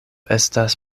estas